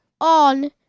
on